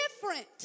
different